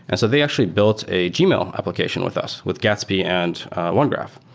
and so they actually built a gmail application with us, with gatsby and onegraph.